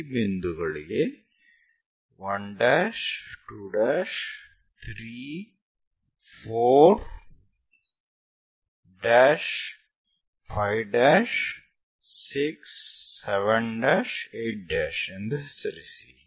ಈ ಬಿಂದುಗಳಿಗೆ 1 ' 2' 3 4 ' 5' 6 7 ' 8' ಎಂದು ಹೆಸರಿಸಿ